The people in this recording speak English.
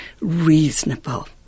reasonable